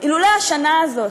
אילולא השנה הזאת.